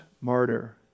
martyr